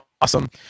awesome